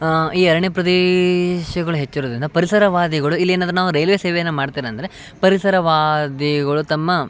ಆಂ ಈ ಅರಣ್ಯ ಪ್ರದೇಶಗಳು ಹೆಚ್ಚಿರೋದರಿಂದ ಪರಿಸರವಾದಿಗಳು ಇಲ್ಲೇನಂದ್ರೆ ನಾವು ರೈಲ್ವೆ ಸೇವೆಯನ್ನು ಮಾಡ್ತೇನಂದರೆ ಪರಿಸರವಾದಿಗಳು ತಮ್ಮ